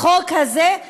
החוק הזה,